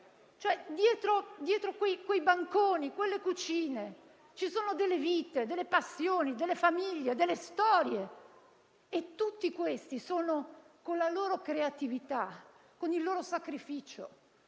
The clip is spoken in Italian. più? Dietro quei banconi, dentro quelle cucine, ci sono delle vite, delle passioni, delle famiglie, delle storie. Costoro sono, con la loro creatività, con il loro sacrificio